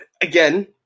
again